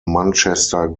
manchester